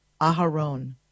Aharon